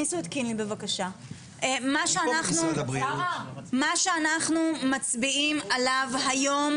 מה שאנחנו מצביעים עליו היום